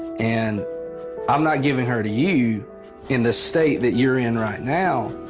and i'm not giving her to you in this state that you're in right now.